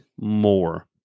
more